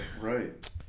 Right